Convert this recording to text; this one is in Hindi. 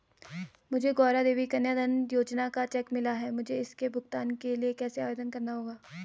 मुझे गौरा देवी कन्या धन योजना का चेक मिला है मुझे इसके भुगतान के लिए कैसे आवेदन करना होगा?